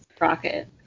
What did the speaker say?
rocket